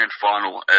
final